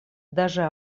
даже